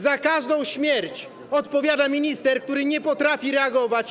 Za każdą śmierć odpowiada minister, który nie potrafi reagować.